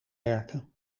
werken